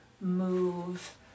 move